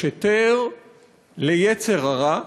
יש היתר ליצר הרע,